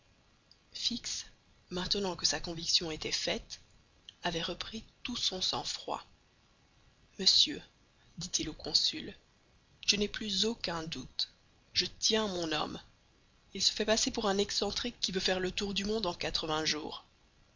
fix maintenant que sa conviction était faite avait repris tout son sang-froid monsieur dit-il au consul je n'ai plus aucun doute je tiens mon homme il se fait passer pour un excentrique qui veut faire le tour du monde en quatre-vingts jours